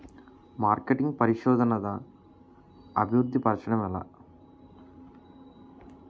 marketing పరిశోధనదా అభివృద్ధి పరచడం ఎలా